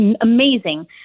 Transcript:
amazing